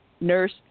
nurse